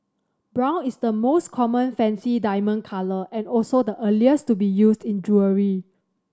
brown is the most common fancy diamond colour and also the earliest to be used in jewellery